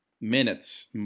minutes